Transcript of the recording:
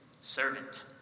servant